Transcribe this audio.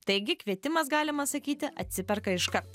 taigi kvietimas galima sakyti atsiperka iškart